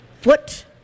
Foot